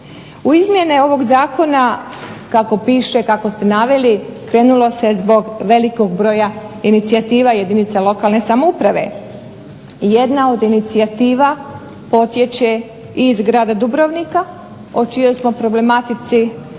U izmjene ovog Zakona kako piše kako ste naveli krenulo se zbog velikog broja inicijativa jedinice lokalne samouprave. Jedna od inicijativa potječe i iz grada Dubrovnika o čijoj smo problematici,